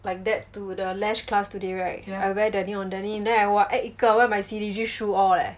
like that to the lash class today right I wear denim on denim then I !wah! act 一个 wear my Synergy shoe all leh